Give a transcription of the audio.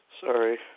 Sorry